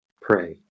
Pray